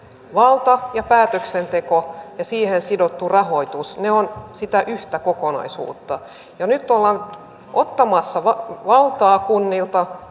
valta ja päätöksenteko ja siihen sidottu rahoitus ovat sitä yhtä kokonaisuutta ja nyt ollaan ottamassa valtaa kunnilta